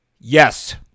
yes